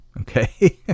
Okay